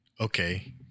okay